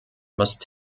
must